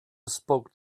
spoke